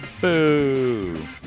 Boo